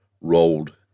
rolled